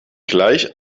gleich